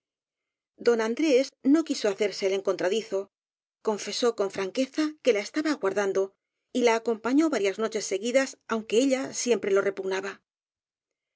don andrés no quiso hacerse el encontradizo confesó con franqueza que la estaba aguardando y la acompañó varias noches seguidas aunque ella siempre lo repugnaba